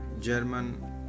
German